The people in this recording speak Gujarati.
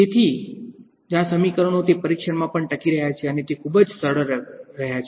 તેથી તેથી જ આ સમીકરણો તે પરીક્ષણમાં પણ ટકી રહ્યા છે અને તે ખૂબ જ સફળ રહ્યા છે